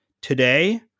Today